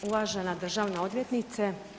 Uvažena državna odvjetnice.